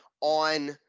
on